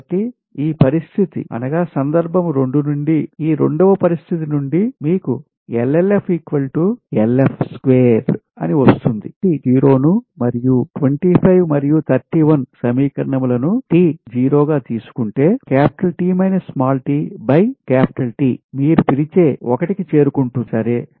కాబట్టి ఈ పరిస్థితి సందర్భం 2 నుండి ఈ 2 వ పరిస్థితి నుండి మీకు అని వస్తుంది మీరు t 0 ను మరియు 25 మరియు 31 సమీకరణాలను t 0 గా తీసుకుంటే మీరు పిలిచే 1 కి చేరుకుంటుందిసరే